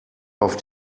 auf